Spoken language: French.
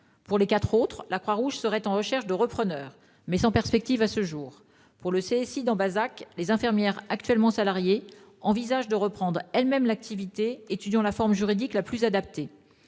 Pour les quatre autres, la Croix-Rouge serait à la recherche de repreneurs, mais sans perspective à ce jour. Pour le CSI d'Ambazac, les infirmières actuellement salariées envisagent de reprendre elles-mêmes l'activité, et elles étudient la forme juridique la plus adaptée.